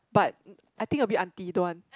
but I think a bit auntie don't want